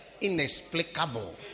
Inexplicable